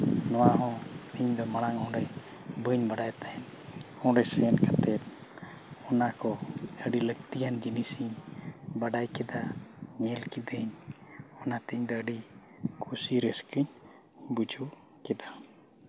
ᱱᱚᱣᱟ ᱦᱚᱸ ᱤᱧᱫᱚ ᱢᱟᱲᱟᱝ ᱚᱸᱰᱮ ᱵᱟᱹᱧ ᱵᱟᱲᱟᱭ ᱛᱟᱦᱮᱱ ᱚᱸᱰᱮ ᱥᱮᱱ ᱠᱟᱛᱮ ᱚᱱᱟᱠᱚ ᱟᱹᱰᱤ ᱞᱟᱹᱠᱛᱤᱭᱟᱱ ᱡᱤᱱᱤᱥ ᱤᱧ ᱵᱟᱰᱟᱭ ᱠᱮᱫᱟ ᱧᱮᱞ ᱠᱤᱫᱟᱹᱧ ᱚᱱᱟᱛᱮ ᱤᱧᱫᱚ ᱟᱹᱰᱤ ᱠᱩᱥᱤ ᱨᱟᱹᱥᱠᱟᱹᱧ ᱵᱩᱡᱷᱟᱹᱣ ᱠᱮᱫᱟ